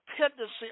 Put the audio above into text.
dependency